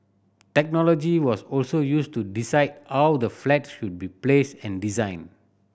technology was also used to decide how the flats should be placed and designed